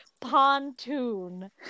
pontoon